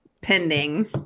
pending